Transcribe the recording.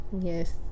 Yes